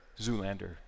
Zoolander